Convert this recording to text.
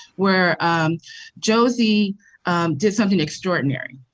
where josey did something extraordinary.